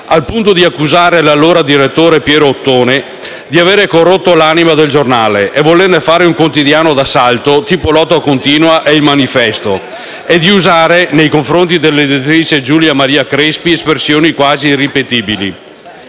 al punto di accusare l'allora direttore Piero Ottone di avere «corrotto l'anima del giornale» e volerne fare un quotidiano d'assalto, tipo «Lotta Continua» e «Il Manifesto» e di usare nei confronti dell'editrice Giulia Maria Crespi espressioni quasi irripetibili.